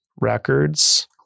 records